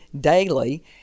daily